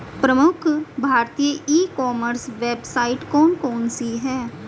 प्रमुख भारतीय e commerce website कौन कौन सी हैं?